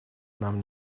нам